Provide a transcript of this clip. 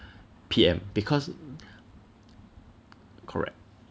P_M because correct